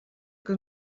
que